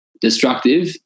destructive